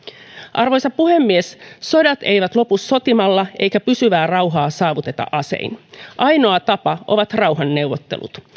arvoisa puhemies sodat eivät lopu sotimalla eikä pysyvää rauhaa saavuteta asein ainoa tapa on rauhanneuvottelut